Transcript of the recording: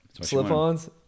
Slip-ons